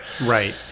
Right